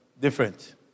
different